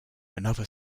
another